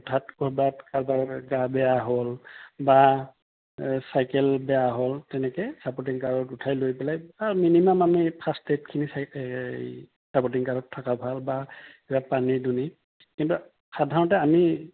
উঠাত ক'ৰবাত কাৰোবাৰ গা বেয়া হ'ল বা এই চাইকেল বেয়া হ'ল তেনেকৈ ছাপৰ্টিং কাৰত উঠাই লৈ পেলাই মিনিমাম আমি ফাৰ্ষ্টএইডখিনি এই ছাপৰ্টিং কাৰত থকা ভাল বা কিবা পানী দুনি কিন্তু সাধাৰণতে আমি